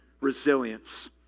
resilience